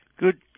Good